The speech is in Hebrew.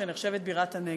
שנחשבת בירת הנגב.